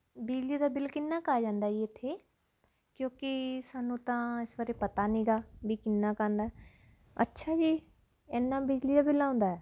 ਬਿਜਲੀ ਦਾ ਬਿੱਲ ਕਿੰਨਾ ਕੁ ਆ ਜਾਂਦਾ ਜੀ ਇੱਥੇ ਕਿਉਂਕਿ ਸਾਨੂੰ ਤਾਂ ਇਸ ਬਾਰੇ ਪਤਾ ਨਹੀਂ ਗਾ ਵੀ ਕਿੰਨਾ ਕ ਆਉਂਦਾ ਅੱਛਾ ਜੀ ਇੰਨਾਂ ਬਿਜਲੀ ਦਾ ਬਿੱਲ ਆਉਂਦਾ